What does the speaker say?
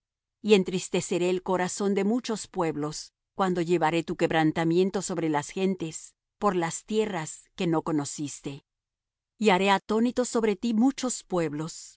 y entristeceré el corazón de muchos pueblos cuando llevaré tu quebrantamiento sobre las gentes por las tierras que no conociste y haré atónitos sobre ti muchos pueblos